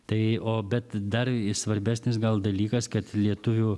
tai o bet dar svarbesnis gal dalykas kad lietuvių